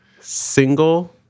single